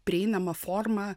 prieinama forma